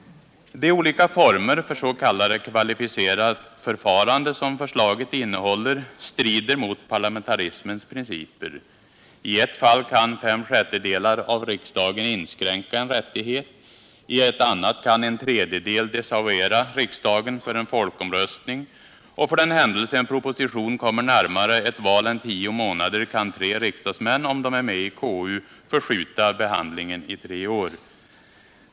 De olika former för s.k. kvalificerat förfarande som förslaget innehåller strider mot parlamentarismens principer. I ett fall kan fem sjättedelar av riksdagen inskränka en rättighet, i ett annat kan en tredjedel desavouera riksdagen när det gäller en folkomröstning, och för den händelse en proposition kommer närmare ett val än tio månader kan tre riksdagsmän — om de är med i KU -— förskjuta behandlingen i tre år.